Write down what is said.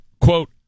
quote